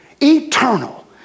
eternal